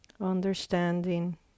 understanding